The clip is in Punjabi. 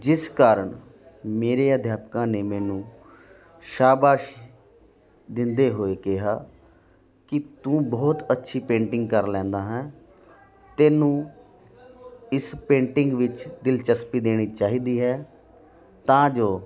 ਜਿਸ ਕਾਰਨ ਮੇਰੇ ਅਧਿਆਪਕਾਂ ਨੇ ਮੈਨੂੰ ਸ਼ਾਬਾਸ਼ ਦਿੰਦੇ ਹੋਏ ਕਿਹਾ ਕਿ ਤੂੰ ਬਹੁਤ ਅੱਛੀ ਪੇਂਟਿੰਗ ਕਰ ਲੈਂਦਾ ਹੈ ਤੈਨੂੰ ਇਸ ਪੇਂਟਿੰਗ ਵਿੱਚ ਦਿਲਚਸਪੀ ਦੇਣੀ ਚਾਹੀਦੀ ਹੈ ਤਾਂ ਜੋ